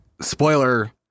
spoiler